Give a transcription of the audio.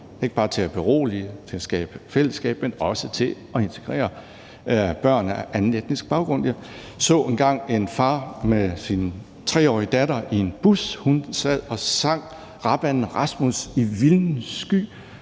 ikke bare til at berolige, skabe fællesskab, men også til at integrere børn af anden etnisk baggrund. Jeg så engang en far med sin 3-årige datter i en bus, og hun sad og sang »Rapanden Rasmus« i vilden sky,